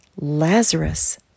Lazarus